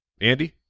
andy